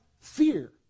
fear